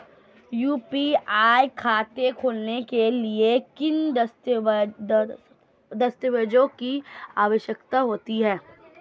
UPI खाता खोलने के लिए किन दस्तावेज़ों की आवश्यकता होती है?